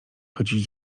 chodzić